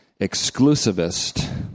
Exclusivist